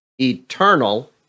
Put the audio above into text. eternal